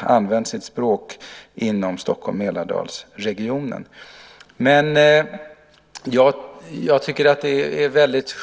använt sitt språk inom Stockholms och Mälardalsregionen.